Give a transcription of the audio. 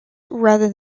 rather